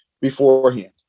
beforehand